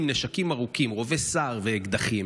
אנחנו מחלקים נשקים ארוכים, רובי סער, ואקדחים,